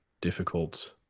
difficult